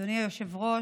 אדוני היושב-ראש,